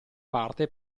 parte